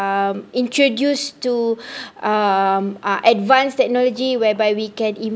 um introduced to um uh advanced technology whereby we can